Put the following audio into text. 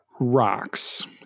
rocks